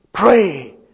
Pray